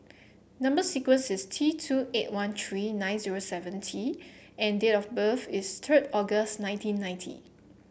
number sequence is T two eight one three nine zero seven T and date of birth is third August nineteen ninety